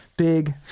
Big